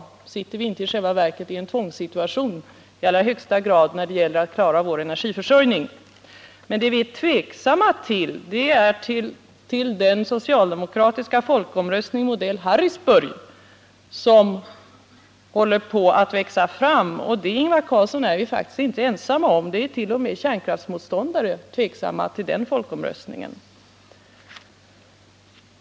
Befinner vi oss inte i själva verket i en tvångssituation i allra högsta grad när det gäller att klara vår energiförsörjning? Det vi är tveksamma till är den socialdemokratiska folkomröstning modell Harrisburg som håller på att växa fram. Och det, Ingvar Carlsson, är vi faktiskt inte ensamma om. T. o. m. kärnkraftsmotståndare är tveksamma till den folkomröstningen.